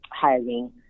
hiring